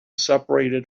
separated